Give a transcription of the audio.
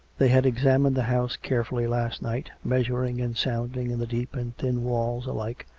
they had examined the house carefully last night, measuring and sounding in the deep and thin walls alike,